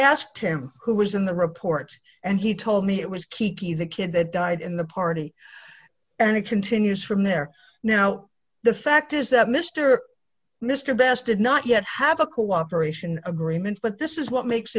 asked him who was in the report and he told me it was kiki the kid that died in the party and it continues from there now the fact is that mr mr best did not yet have a cooperation agreement but this is what makes